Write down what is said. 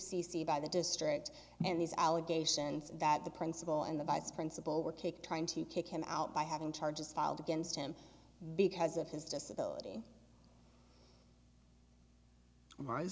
c by the district and these allegations that the principal and the vice principal were take trying to kick him out by having charges filed against him because of his disability